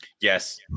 Yes